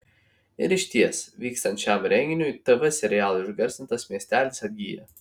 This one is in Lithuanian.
ir išties vykstant šiam renginiui tv serialo išgarsintas miestelis atgyja